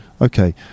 Okay